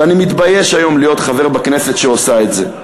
ואני מתבייש היום להיות חבר בכנסת שעושה את זה.